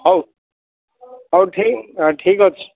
ହେଉ ହେଉ ଠିକ୍ ଠିକ୍ ଅଛି